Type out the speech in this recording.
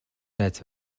найз